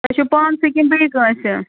تُہۍ چھُو پانسٕے کِنۍ بیٚیہِ کٲنٛسہِ